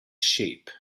sheep